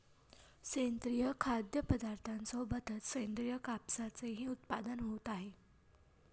सेंद्रिय खाद्यपदार्थांसोबतच सेंद्रिय कापसाचेही उत्पादन होत आहे